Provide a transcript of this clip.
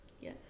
yes